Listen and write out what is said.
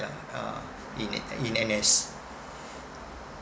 yeah uh in in N_S